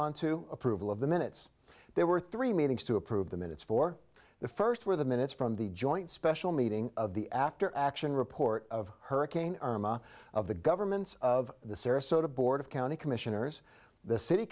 on to approval of the minutes there were three meetings to approve the minutes for the first where the minutes from the joint special meeting of the after action report of hurricane irma of the governments of the sarasota board of county commissioners the city